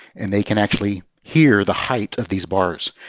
and they can actually hear the height of these bars.